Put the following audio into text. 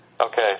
Okay